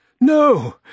No